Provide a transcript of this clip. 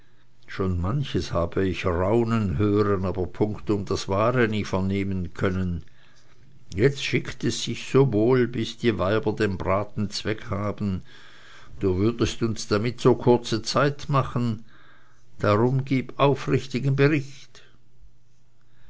schon manches habe ich raunen hören aber punktum das wahre nie vernehmen können jetzt schickte es sich so wohl bis die weiber den braten zweghaben du würdest uns damit so kurze zeit machen darum gib aufrichtigen bericht